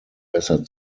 besser